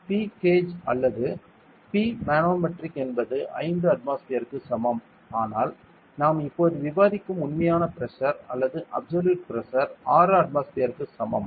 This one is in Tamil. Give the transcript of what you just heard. P கேஜ் அல்லது P மனோமெட்ரிக் என்பது 5 அட்மாஸ்பியர்க்கு சமம் ஆனால் நாம் இப்போது விவாதிக்கும் உண்மையான பிரஷர் அல்லது அப்சல்யூட் பிரஷர் 6 அட்மாஸ்பியர்க்கு சமம்